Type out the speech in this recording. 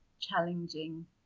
challenging